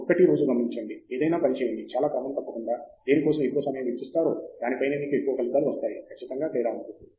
ప్రతి ఒక్కటి రోజూ గమనించండి ఏదైనా పని చేయండి చాలా క్రమం తప్పకుండా దేనికోసం ఎక్కువ సమయం వెచ్చిస్తారో దానిపైనే మీకు ఎక్కువ ఫలితాలు వస్తాయి ఖచ్చితంగా తేడా ఉంటుంది